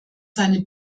seine